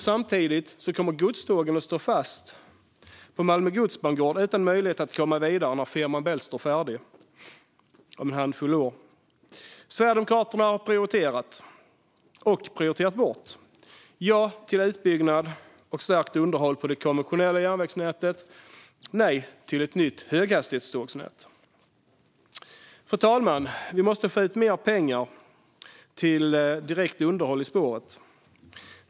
Samtidigt kommer godstågen att stå fast på Malmö godsbangård utan möjlighet att komma vidare när Fehmarn Bält-förbindelsen står färdig om en handfull år. Sverigedemokraterna har prioriterat, och prioriterat bort. Vi säger ja till utbyggnad och stärkt underhåll på det konventionella järnvägsnätet, och nej till ett nytt höghastighetstågsnät. Fru talman! Vi måste få ut mer pengar till direkt underhåll i spåret.